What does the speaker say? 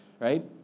right